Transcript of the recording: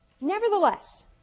Nevertheless